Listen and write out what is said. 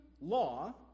law